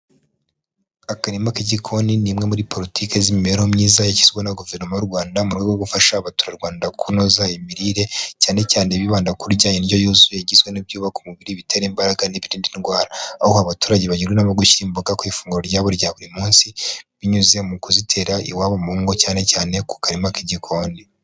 Akarima k'igikoni ni imwe muri politique z'imibereho myiza yashyizweho na Guverinoma y'u Rwanda mu rwego rwo gufasha abaturarwanda kunoza imirire cyane cyane bibanda kurya indyo yuzuye igizwe n'ibyubaka umubiri, ibitera imbaraga, n'ibirinda indwara. Aho abaturage bagirwa inama yo gushyira imboga ku ifunguro ryabo rya buri munsi binyuze mu kuzitera iwabo mu ngo cyane cyane ku karima k'igikoni.